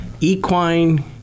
Equine